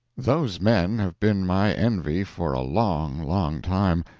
those men have been my envy for a long, long time.